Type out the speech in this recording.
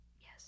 Yes